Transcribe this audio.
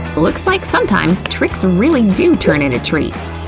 looks like sometimes tricks really do turn into treats!